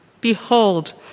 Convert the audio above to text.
Behold